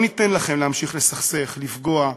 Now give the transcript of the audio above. לא ניתן לכם להמשיך לסכסך, לפגוע,